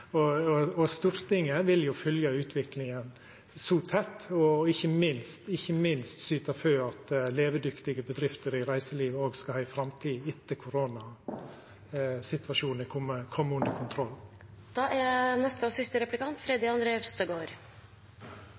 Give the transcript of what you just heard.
og Stortinget vil følgja utviklinga tett og ikkje minst syta for at levedyktige bedrifter i reiselivet òg skal ha ei framtid etter at koronasituasjonen er komen under kontroll. Vi har under